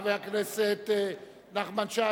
חבר הכנסת נחמן שי,